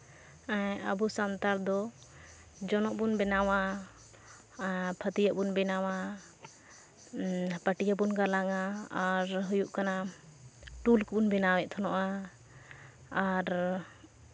ᱟᱵᱚ ᱥᱟᱱᱛᱟᱲ ᱫᱚ ᱡᱚᱱᱚᱜ ᱵᱚᱱ ᱵᱮᱱᱟᱣᱟ ᱯᱷᱟᱹᱛᱭᱟᱹᱜ ᱵᱚᱱ ᱵᱮᱱᱟᱣᱟ ᱯᱟᱹᱴᱭᱟᱹ ᱵᱚᱱ ᱜᱟᱞᱟᱝᱼᱟ ᱟᱨ ᱦᱩᱭᱩᱜ ᱠᱟᱱᱟ ᱴᱩᱞ ᱠᱚᱵᱚᱱ ᱵᱮᱱᱟᱣᱮᱫ ᱛᱟᱦᱮᱱᱚᱜᱼᱟ ᱟᱨ